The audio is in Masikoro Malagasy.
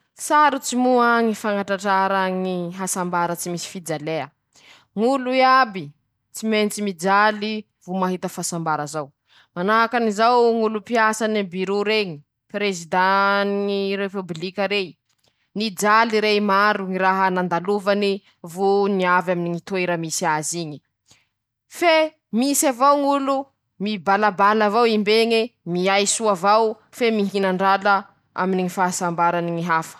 Laha zaho romandeha amy tany vahiny tsy haiko añy katrobo :-ñy fomba hataoko hahitakoñy lala mazava, mañontany olo aho, hoe "zaho lahy bakan-koe añy, ka aiañy lala mandeha mañañy ?";manahaky anizayñy filako tanà mazava soa, mila olo aho, azoko iresafa, manahaky anizayñy fampiasakoñy fitaova môtery, manahakyñy bosôly, ñy simarity fôny, ñy GPS.